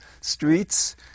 streets